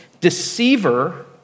deceiver